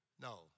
No